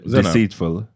deceitful